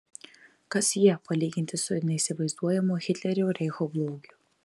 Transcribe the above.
kas jie palyginti su neįsivaizduojamu hitlerio reicho blogiu